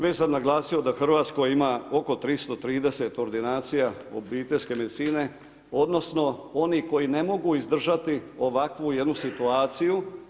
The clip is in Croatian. Već sam naglasio da u Hrvatskoj ima oko 330 ordinacija obiteljske medicine odnosno onih koji ne mogu izdržati ovakvu jednu situaciju.